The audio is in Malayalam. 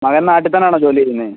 മകൻ നാട്ടിൽ തന്നെ ആണോ ജോലി ചെയ്യുന്നത്